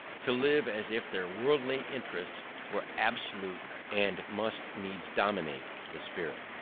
to live as if their worldly interests were absolute and must needs dominate the spirit.